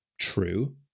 true